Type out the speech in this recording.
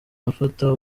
afata